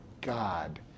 God